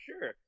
sure